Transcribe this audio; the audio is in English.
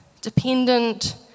dependent